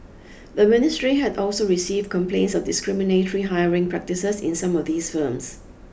the ministry had also received complaints of discriminatory hiring practices in some of these firms